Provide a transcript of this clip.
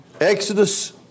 Exodus